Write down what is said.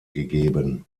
gegeben